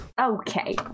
Okay